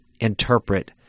interpret